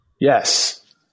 Yes